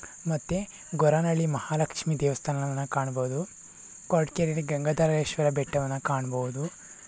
ಮತ್ತೆ ಗೊರಾನಳ್ಳಿ ಮಹಾಲಕ್ಷ್ಮೀ ದೇವಸ್ಥಾನವನ್ನು ಕಾಣ್ಬೋದು ಕೊರ್ಟಗೆರೆಲಿ ಗಂಗಾಧರೇಶ್ವರ ಬೆಟ್ಟವನ್ನು ಕಾಣ್ಬೋದು